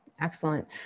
Excellent